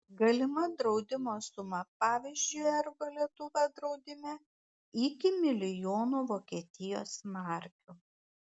galima draudimo suma pavyzdžiui ergo lietuva draudime iki milijono vokietijos markių